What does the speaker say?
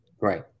right